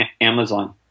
amazon